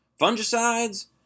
fungicides